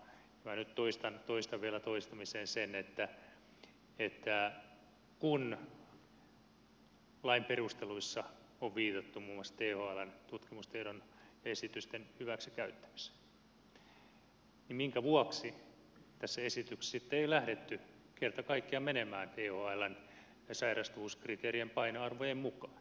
minä nyt toistan vielä toistamiseen sen että kun lain perusteluissa on viitattu muun muassa thln tutkimustiedon esitysten hyväksikäyttämiseen niin minkä vuoksi tässä esityksessä sitten ei lähdetty kerta kaikkiaan menemään thln sairastavuuskriteerien painoarvojen mukaan